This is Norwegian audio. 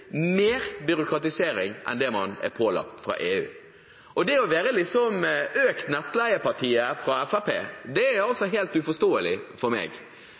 mer byråkratisering enn det man er pålagt fra EU. Det at Fremskrittspartiet er økt-nettleie-partiet, er altså helt uforståelig for meg.